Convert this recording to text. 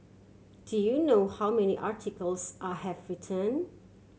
do you know how many articles I have written